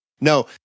No